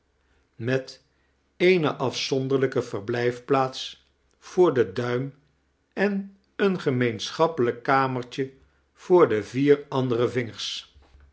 met eene afzonderlijke verblijfplaats voor den duim en een gemeenschappelijk kamertje voor de vier andere vingers